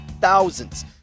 thousands